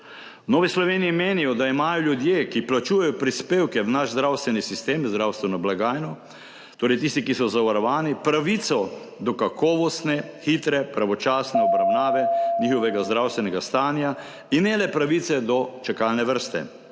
Novi Sloveniji menimo, da imajo ljudje, ki plačujejo prispevke v naš zdravstveni sistem, zdravstveno blagajno, torej tisti, ki so zavarovani, pravico do kakovostne hitre, pravočasne obravnave njihovega zdravstvenega stanja in ne le pravice do čakalne vrste.